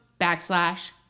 backslash